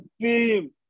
team